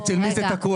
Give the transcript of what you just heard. אצל מי זה תקוע?